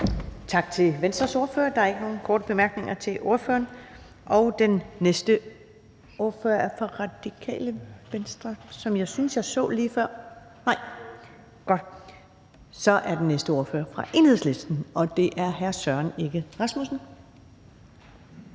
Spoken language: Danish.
Tak til Venstres ordfører. Der er ikke nogen korte bemærkninger til ordføreren. Den næste ordfører er fra Radikale Venstre; jeg synes, jeg så vedkommende lige før. Nej. Så er den næste ordfører fra Enhedslisten, og det er hr. Søren Egge Rasmussen.